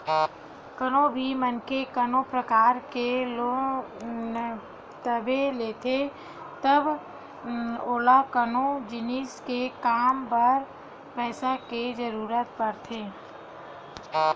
कोनो भी मनखे कोनो परकार के लोन तभे लेथे जब ओला कोनो जिनिस के काम बर पइसा के जरुरत पड़थे